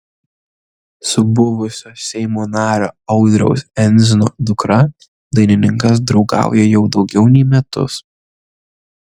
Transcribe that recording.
su buvusio seimo nario audriaus endzino dukra dainininkas draugauja jau daugiau nei metus